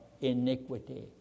iniquity